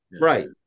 Right